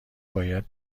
باید